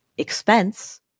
Expense